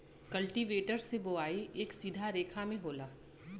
cultivator से बोवाई एक सीधा रेखा में होला